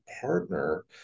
partner